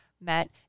met